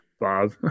Bob